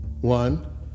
One